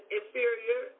inferior